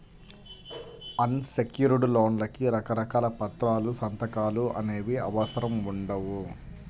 అన్ secured లోన్లకి రకరకాల పత్రాలు, సంతకాలు అనేవి అవసరం ఉండవు